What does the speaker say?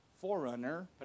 forerunner